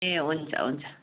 ए हुन्छ हुन्छ